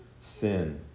sin